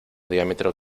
diámetro